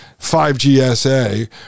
5GSA